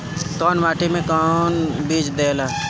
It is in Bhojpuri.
कौन माटी मे कौन बीज दियाला?